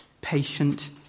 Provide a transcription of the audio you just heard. Patient